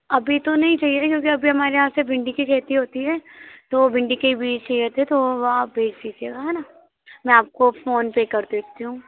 अभी तो नहीं चाहिए थे हमारे यहाँ से भिंडी की खेती होती है तो भिंडी के बीज चाहिए थे तो वो आप भेज दीजिएगा है ना मैं आपको फ़ोन पे कर देती हूँ